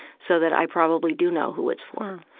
so that i probably do know who it's for.